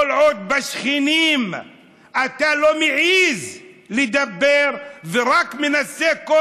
כל עוד עם השכנים אתה לא מעז לדבר ורק מנסה כל